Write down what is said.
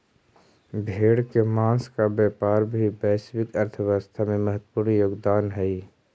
भेड़ के माँस का व्यापार भी वैश्विक अर्थव्यवस्था में महत्त्वपूर्ण योगदान हई